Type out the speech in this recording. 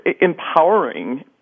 empowering